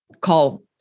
call